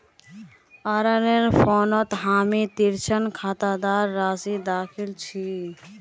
अरनेर फोनत हामी ऋण खातार राशि दखिल छि